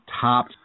top